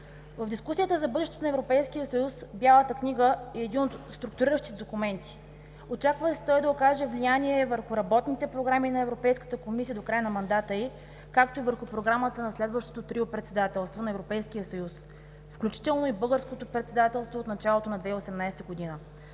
В дискусията за бъдещето на Европейския съюз Бялата книга е един от структуриращите документи. Очаква се той да окаже влияние върху работните програми на Европейската комисия до края на мандата й, както и върху програмата на следващото трио председателство на Европейския съюз, включително и българското председателство от началото на 2018 г.